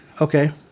okay